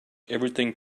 everything